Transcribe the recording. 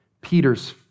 Peter's